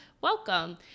Welcome